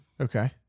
Okay